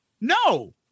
No